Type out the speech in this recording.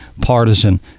partisan